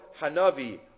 Hanavi